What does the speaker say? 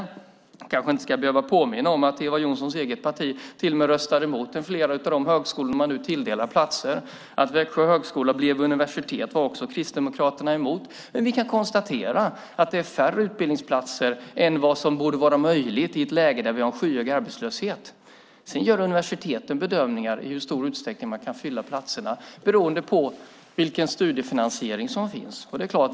Jag kanske inte behöver påminna om att Eva Johnssons eget parti till och med röstade emot flera av de högskolor som man nu tilldelar platser. Att Växjö högskola blev universitet var Kristdemokraterna emot. Vi kan konstatera att det är färre utbildningsplatser än vad som borde vara möjligt i ett läge då vi har en skyhög arbetslöshet. Sedan gör universiteten bedömningen i hur stor utsträckning de kan fylla platserna, beroende på vilken studiefinansiering som finns.